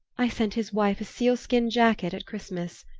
i sent his wife a seal-skin jacket at christmas!